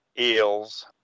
Eels